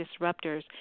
disruptors